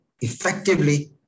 effectively